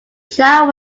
child